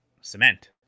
cement